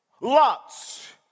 Lot's